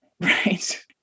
Right